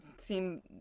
seem